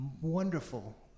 wonderful